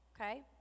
Okay